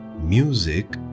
Music